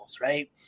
right